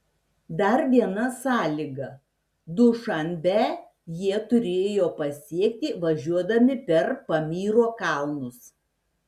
dar viena sąlyga dušanbę jie turėjo pasiekti važiuodami per pamyro kalnus